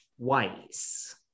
twice